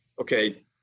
okay